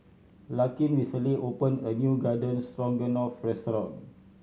Larkin recently opened a new Garden Stroganoff restaurant